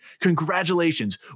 Congratulations